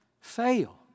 fail